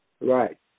Right